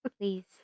Please